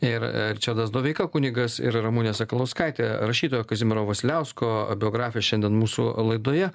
ir ričardas doveika kunigas ir ramunė sakalauskaitė rašytojo kazimiero vasiliausko biografė šiandien mūsų laidoje